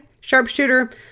Sharpshooter